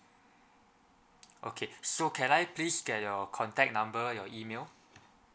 okay so can I please get your contact number your email